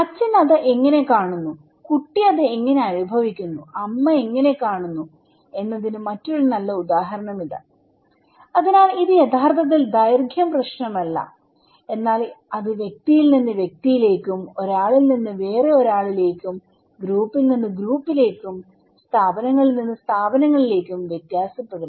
അച്ഛൻ അത് എങ്ങനെ കാണുന്നു കുട്ടി അത് എങ്ങനെ അനുഭവിക്കുന്നു അമ്മ എങ്ങനെ കാണുന്നു എന്നതിന് മറ്റൊരു നല്ല ഉദാഹരണം ഇതാ അതിനാൽ ഇത് യഥാർത്ഥത്തിൽ ദൈർഘ്യം പ്രശ്നമല്ല എന്നാൽ അത് വ്യക്തിയിൽ നിന്ന് വ്യക്തിയിലേക്കുംഒരാളിൽ നിന്ന് വേറെ ഒരാളിലേക്കും ഗ്രൂപ്പിൽ നിന്ന് ഗ്രൂപ്പിലേക്കും സ്ഥാപനങ്ങളിൽ നിന്ന് സ്ഥാപനങ്ങളിലേക്കും വ്യത്യാസപ്പെടുന്നു